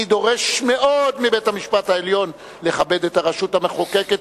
אני דורש מאוד מבית-המשפט העליון לכבד את הרשות המחוקקת,